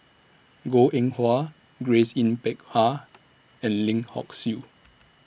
Goh Eng Wah Grace Yin Peck Ha and Lim Hock Siew